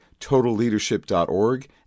totalleadership.org